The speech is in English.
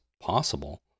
possible